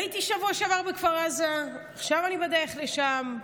הייתי בשבוע שעבר בכפר עזה, ועכשיו אני בדרך לשם.